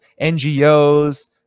NGOs